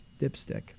dipstick